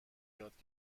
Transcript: یاد